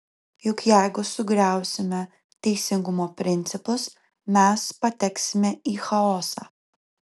juk jeigu sugriausime teisingumo principus mes pateksime į chaosą